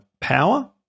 power